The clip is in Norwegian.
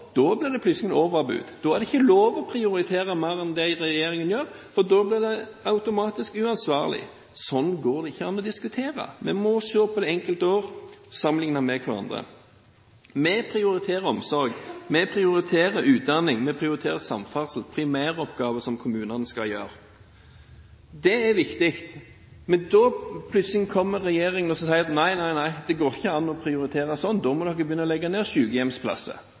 blir det plutselig overbud. Da er det ikke lov å prioritere mer enn det regjeringen gjør – da blir det automatisk uansvarlig. Sånn går det ikke an å diskutere. Vi må se på de enkelte år og sammenligne dem med hverandre. Vi prioriterer omsorg, vi prioriterer utdanning, og vi prioriterer samferdsel – primæroppgaver som kommunene skal gjøre. Det er viktig. Men da sier regjeringen nei; det går ikke an å prioritere sånn, da må dere begynne å legge ned